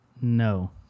no